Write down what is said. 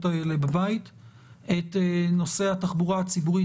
האלה בבית ואת נושא התחבורה הציבורית.